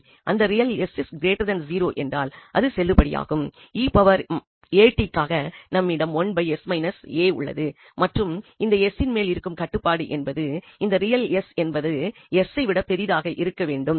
அந்த real s0 என்றால் இது செல்லுபடியாகும் க்காக நம்மிடம் உள்ளது மற்றும் இந்த s இன் மேல் இருக்கும் கட்டுப்பாடு என்பது இந்த ரியல் s என்பது a ஐ விட பெரிதாக இருக்க வேண்டும்